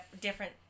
different